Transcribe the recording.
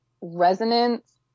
resonance